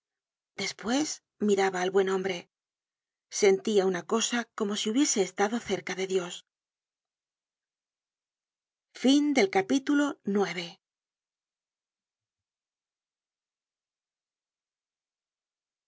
despues miraba al buen hombre sentia una cosa como si hubiese estado cerca de dios